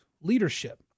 leadership